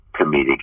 comedic